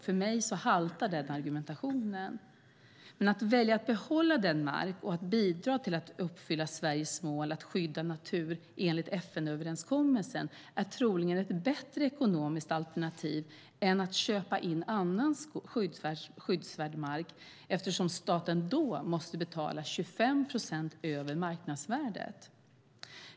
För mig haltar den argumentationen. Att välja att behålla mark och bidra till att uppfylla Sveriges mål att skydda mark enligt FN-överenskommelsen är troligen ett bättre ekonomiskt alternativ än att köpa in annan skyddsvärd mark eftersom staten då måste betala 25 procent över marknadsvärdet.